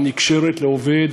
שנקשרת לעובד,